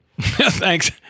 Thanks